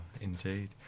indeed